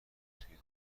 توی